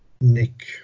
Nick